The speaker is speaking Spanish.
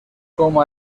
como